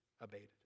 abated